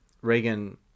Reagan